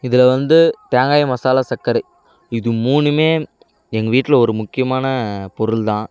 இதில் வந்து தேங்காய் மசாலா சக்கரை இது மூணுமே எங்கள் வீட்டில் ஒரு முக்கியமான பொருள் தான்